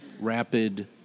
rapid